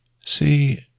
See